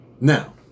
Now